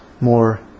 more